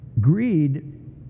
greed